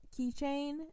keychain